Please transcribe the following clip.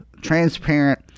transparent